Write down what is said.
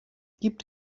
gibt